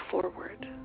forward